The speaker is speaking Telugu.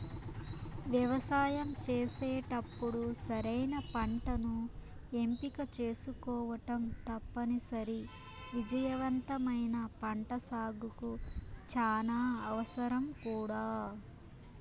వ్యవసాయం చేసేటప్పుడు సరైన పంటను ఎంపిక చేసుకోవటం తప్పనిసరి, విజయవంతమైన పంటసాగుకు చానా అవసరం కూడా